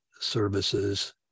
services